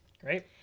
Great